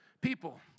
People